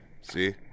See